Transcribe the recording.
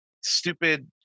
stupid